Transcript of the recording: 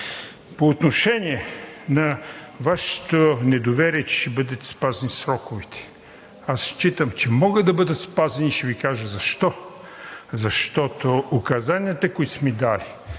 По отношение на Вашето недоверие, че ще бъдат спазени сроковете. Аз считам, че могат да бъдат спазени, и ще Ви кажа защо. Защото указанията, които сме дали,